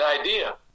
idea